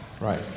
Right